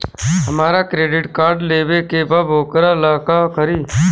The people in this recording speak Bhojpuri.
हमरा क्रेडिट कार्ड लेवे के बा वोकरा ला का करी?